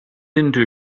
into